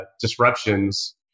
disruptions